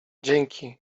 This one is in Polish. dzięki